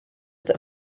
that